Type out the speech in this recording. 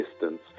distance